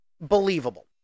believable